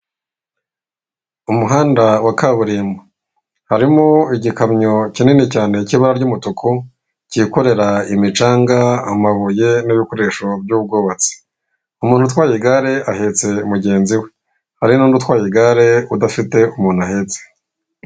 Umuhanda wa kaburimbo, harimo igikamyo kinini cyane cy'bara ry'umutuku, cyikorera imicanga, amabuye n'ibikoresho by'ubwubatsi, umuntu utwaye igare ahetse mugenzi we, hari n'undi utwa igare udafite umuntu ahetse.